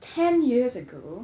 ten years ago